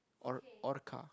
or orca